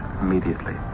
immediately